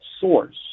source